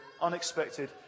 unexpected